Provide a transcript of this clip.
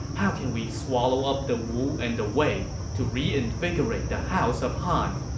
how can we swallow up the wu and the wei to reinvigorate the house of han?